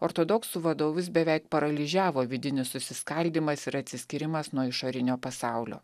ortodoksų vadovus beveik paralyžiavo vidinis susiskaldymas ir atsiskyrimas nuo išorinio pasaulio